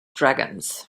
dragons